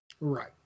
Right